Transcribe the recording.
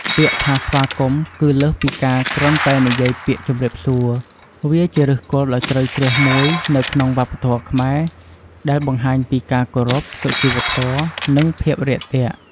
ពាក្យថាស្វាគមន៍ គឺលើសពីការគ្រាន់តែនិយាយពាក្យជំរាបសួរ វាជាឫសគល់ដ៏ជ្រៅជ្រះមួយនៅក្នុងវប្បធម៌ខ្មែរដែលបង្ហាញពី ការគោរព សុជីវធម៌ និងភាពរាក់ទាក់។